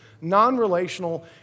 non-relational